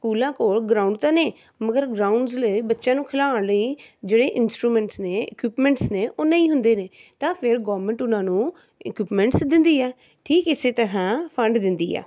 ਸਕੂਲਾਂ ਕੋਲ ਗਰਾਉਂਡ ਤਾਂ ਨੇ ਮਗਰ ਗਰਾਊਂਡਸ ਲਈ ਬੱਚਿਆਂ ਨੂੰ ਖਲਾਉਣ ਲਈ ਜਿਹੜੇ ਇੰਸਟਰੂਮੈਂਟਸ ਨੇ ਇਕਓਪਮੈਂਟਸ ਨੇ ਉਹ ਨਹੀਂ ਹੁੰਦੇ ਨੇ ਤਾਂ ਫਿਰ ਗੌਰਮੈਂਟ ਉਹਨਾਂ ਨੂੰ ਇਕਓਪਮੈਂਟਸ ਦਿੰਦੀ ਹੈ ਠੀਕ ਇਸੇ ਤਰ੍ਹਾਂ ਫੰਡ ਦਿੰਦੀ ਆ